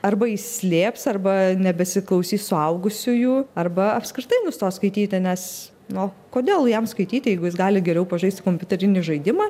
arba jį slėps arba nebesiklausys suaugusiųjų arba apskritai nustos skaityti nes na o kodėl jam skaityti jeigu jis gali geriau pažaisti kompiuterinį žaidimą